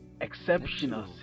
exceptional